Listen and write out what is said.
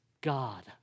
God